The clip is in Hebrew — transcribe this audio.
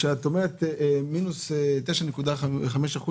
כשאת אומרת מינוס 9.5%,